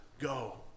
Go